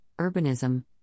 urbanism